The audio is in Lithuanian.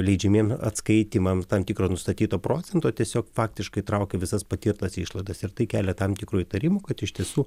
leidžiamiem atskaitymam tam tikro nustatyto procento tiesiog faktiškai traukia visas patirtas išlaidas ir tai kelia tam tikrų įtarimų kad iš tiesų